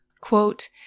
Quote